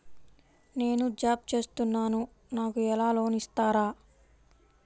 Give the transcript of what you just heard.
నేను జాబ్ చేస్తున్నాను నాకు లోన్ ఇస్తారా?